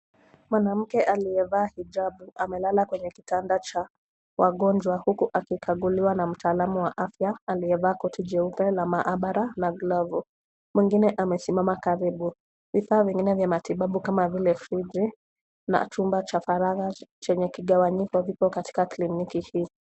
Mwanamke aliyevaa hijabu amelala kwenye kitanda cha wagonjwa huku akikaguliwa na mtaalamu wa afya aliyevaa koti jeupe la maabara na glovu. Mwingine amesimama karibu. Vifaa vingine vya matibabu kama vile na chumba cha faragha chenye kigawanyiko viko katika kliniki hii.